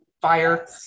fire